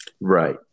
Right